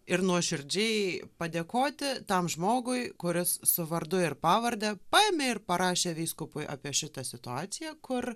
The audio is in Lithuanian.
ir nuoširdžiai padėkoti tam žmogui kuris su vardu ir pavarde paėmė ir parašė vyskupui apie šitą situaciją kur